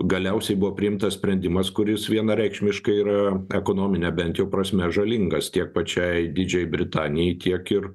galiausiai buvo priimtas sprendimas kuris vienareikšmiškai yra ekonomine bent jau prasme žalingas tiek pačiai didžiajai britanijai tiek ir